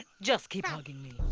just keep hugging me.